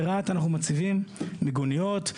ברהט אנחנו מציבים מיגוניות.